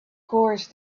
course